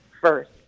first